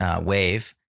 wave